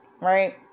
right